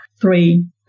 three